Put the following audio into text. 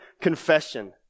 confession